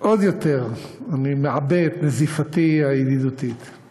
אני מעבה את נזיפתי הידידותית עוד יותר.